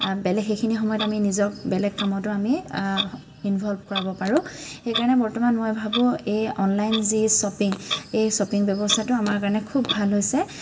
বেলেগ সেইখিনি সময়ত আমি নিজক বেলেগ কামতো আমি ইনভলভ কৰাব পাৰোঁ সেইকাৰণে বৰ্তমান মই ভাবো এই অনলাইন যি শ্বপিং এই শ্বপিং ব্যৱস্থাটো আমাৰ কাৰণে খুব ভাল হৈছে